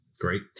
Great